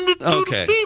Okay